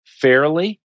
fairly